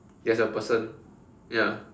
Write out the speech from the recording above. there's a person ya